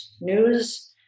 News